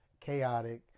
chaotic